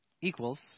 equals